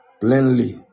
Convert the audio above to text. plainly